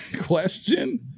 question